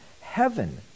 heaven